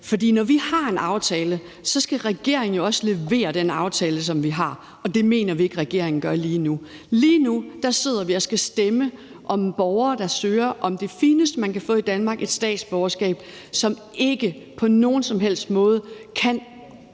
for når vi har en aftale, skal regeringen jo også levere i forhold til den aftale, som vi har, og det mener vi ikke regeringen gør lige nu. Lige nu sidder vi og skal stemme om borgere, der søger om det fineste, man kan få i Danmark, nemlig et statsborgerskab, som vi ikke på nogen som helst måde kan